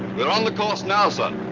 we're on the course now, sir.